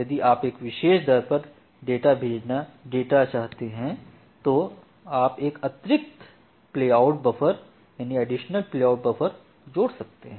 यदि आप एक विशेष दर पर डेटा चाहते हैं तो आप एक अतिरिक्त प्लेआउट बफर जोड़ सकते हैं